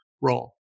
role